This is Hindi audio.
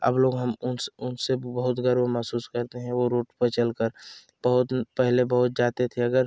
अब लोग हम उन उनसे बहुत गर्व महसूस करते हैं वो रोड पर चल कर बहुत पहले बहुत जाते थे अगर